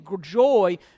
joy